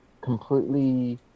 completely